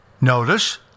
Notice